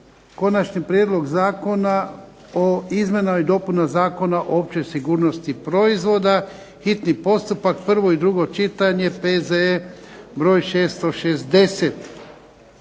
Konačni prijedlog Zakona o izmjenama i dopunama Zakona o općoj sigurnosti proizvoda, hitni postupak, prvo i drugo čitanje, P.Z.E. br. 660